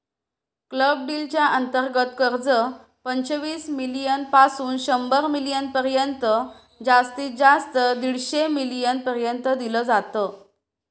club deal च्या अंतर्गत कर्ज, पंचवीस मिलीयन पासून शंभर मिलीयन पर्यंत जास्तीत जास्त दीडशे मिलीयन पर्यंत दिल जात